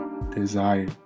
Desire